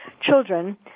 children